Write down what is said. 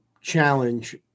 challenge